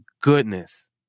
goodness